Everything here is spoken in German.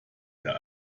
der